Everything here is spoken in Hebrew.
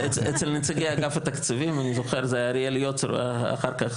אצל נציגי אגף התקציבים זה יהיה להיות אחר כך,